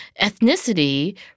ethnicity